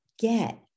get